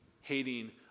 hating